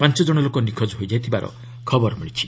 ପାଞ୍ଚଜଣ ଲୋକ ନିଖୋଜ ହୋଇଯାଇଥିବାର ଖବର ମିଳିଛି